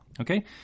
Okay